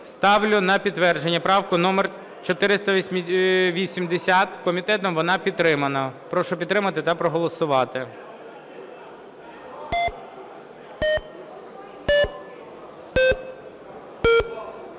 Ставлю на підтвердження правку номер 480. Комітетом вона підтримана. Прошу підтримати та проголосувати.